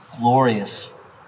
glorious